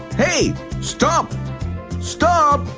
hey, stop stop!